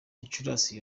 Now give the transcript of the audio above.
gicurasi